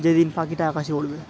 যেদিন পাখিটা আকাশে উড়বে